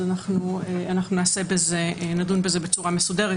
אז נדון בזה בצורה מסודרת.